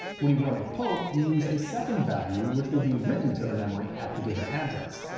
when you run a poke you use a second value which will be written to the memory at the given address.